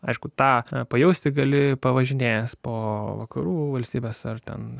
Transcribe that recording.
aišku taką pajausti gali pavažinėjęs po vakarų valstybes ar ten